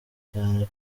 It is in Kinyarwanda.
cyane